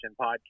podcast